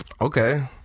Okay